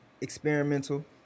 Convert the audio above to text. Experimental